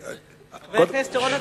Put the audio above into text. חבר הכנסת אורון,